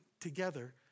together